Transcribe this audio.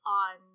on